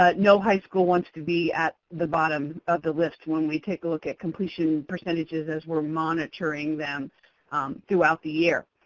ah no high school wants to be at the bottom of the list when we take a look at completion percentages as we're monitoring them throughout the year.